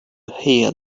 hear